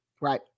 Right